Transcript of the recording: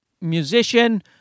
Musician